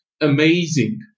amazing